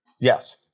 Yes